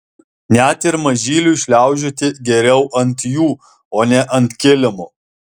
net ir mažyliui šliaužioti geriau ant jų o ne ant kilimo